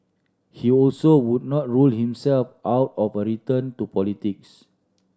he also would not rule himself out of a return to politics